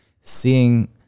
seeing